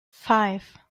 five